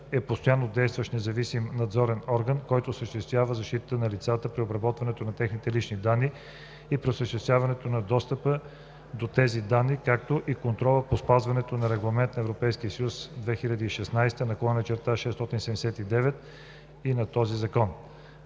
е постоянно действащ независим надзорен орган, който осъществява защитата на лицата при обработването на техните лични данни и при осъществяването на достъпа до тези данни, както и контрола по спазването на Регламент (ЕС) 2016/679 и на този закон.“